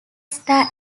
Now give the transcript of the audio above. star